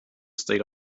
state